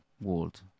world